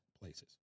places